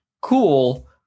cool